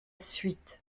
suite